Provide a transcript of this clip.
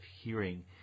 hearing